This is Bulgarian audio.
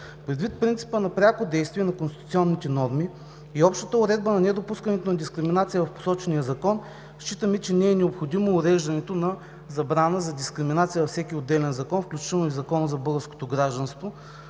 Предвид принципа на пряко действие на конституционните норми и общата уредба на недопускането на дискриминация в посочения закон считаме, че не е необходимо уреждането на забрана за дискриминация във всеки отделен закон, включително и в Закона за българското гражданство,